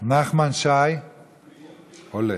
נחמן שי, עולה.